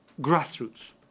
grassroots